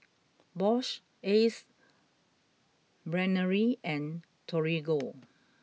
Bosch Ace Brainery and Torigo